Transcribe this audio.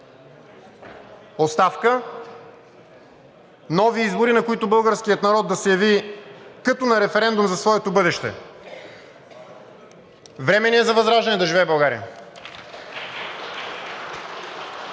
оставка, нови избори, на които българският народ да се яви като на референдум за своето бъдеще. Време ни е за възраждане. Да живее България!